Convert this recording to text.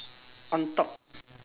on top